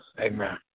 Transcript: Amen